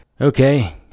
Okay